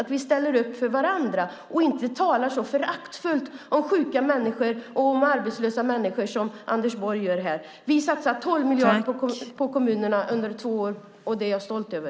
Vi ska ställa upp för varandra och inte tala så föraktfullt om sjuka människor och arbetslösa som Anders Borg gör här. Vi satsar 12 miljarder på kommunerna under två år, och det är jag stolt över.